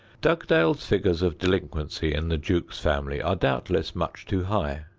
dugdale's figures of delinquency in the jukes family are doubtless much too high.